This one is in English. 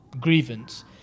grievance